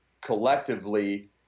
collectively